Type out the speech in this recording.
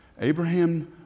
Abraham